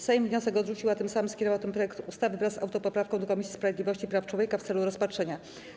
Sejm wniosek odrzucił, a tym samym skierował ten projekt ustawy wraz z autopoprawką do Komisji Sprawiedliwości i Praw Człowieka w celu rozpatrzenia.